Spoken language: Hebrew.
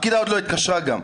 הפקידה לא התקשרה גם.